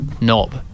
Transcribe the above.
knob